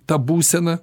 ta būsena